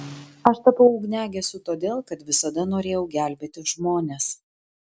aš tapau ugniagesiu todėl kad visada norėjau gelbėti žmones